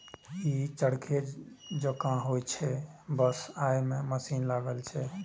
ई चरखे जकां होइ छै, बस अय मे मशीन लागल रहै छै